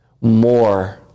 more